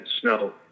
snow